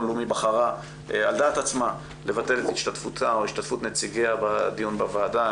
לאומי בחרה על דעת עצמה לבטל את השתתפות נציגיה בדיון בוועדה.